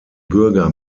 bürger